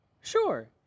sure